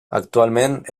actualment